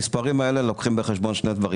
המספרים האלה לוקחים בחשבון שני דברים,